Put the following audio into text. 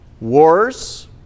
Wars